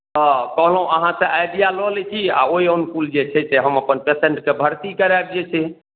तऽ कहलहुँ अहाँसँ आइडिया लऽ लै छी आ ओहि अनुकूल जे छै से हम अपन पेशेंटकेँ भर्ती करायब जे छै